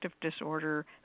disorder